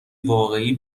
واقعی